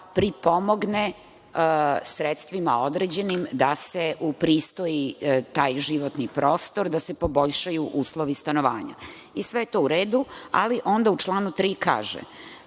pripomogne sredstvima određenim da se upristoji taj životni prostor, da se poboljšaju uslovi stanovanja. I sve je to u redu, ali onda u članu 3. kaže